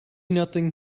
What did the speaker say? nothing